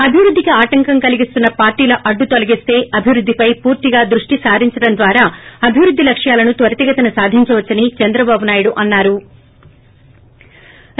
అభివృద్దికి ఆటంకం కలిగిస్తున్న పార్టీల అడ్డు తొలగిస్తే అభివృద్దిపై పూర్తిగా దృష్టి సారించడం ద్వారా అభివృద్ది లక్ష్యాలను త్వరితగతిన సాధించవచ్చని చంద్రబాబు నాయుడు అన్సారు